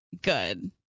Good